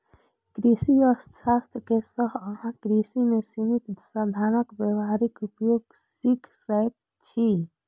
कृषि अर्थशास्त्र सं अहां कृषि मे सीमित साधनक व्यावहारिक उपयोग सीख सकै छी